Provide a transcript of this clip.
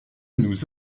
nous